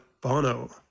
Bono